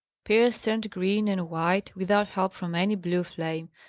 pierce turned green and white, without help from any blue flame,